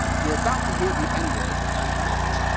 you're about to hear the n-word a lot.